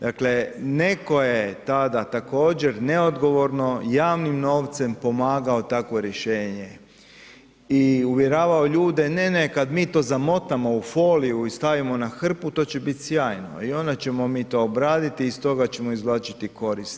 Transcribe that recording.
Dakle neko je tada također neodgovorno javnim novcem pomagao takvo rješenje i uvjerenje ljude, ne, ne kada mi to zamotamo u foliju i stavimo na hrpu to će biti sjajno i onda ćemo mi to obraditi iz toga ćemo izvlačiti korist.